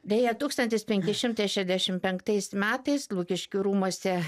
deja tūkstantis penki šimtai šešiasdešim penktais metais lukiškių rūmuose